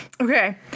Okay